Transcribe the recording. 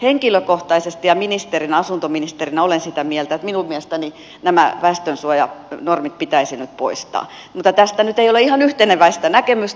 henkilökohtaisesti ja asuntoministerinä olen sitä mieltä että minun mielestäni nämä väestönsuojanormit pitäisi nyt poistaa mutta tästä nyt ei ole ihan yhteneväistä näkemystä